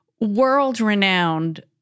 world-renowned